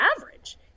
average